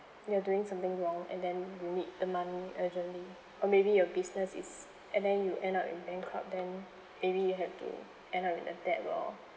you are doing something wrong and then you need the money urgently or maybe your business is and then you end up you bankrupt then maybe you have to end up with a debt or